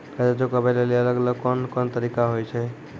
कर्जा चुकाबै लेली अलग अलग कोन कोन तरिका होय छै?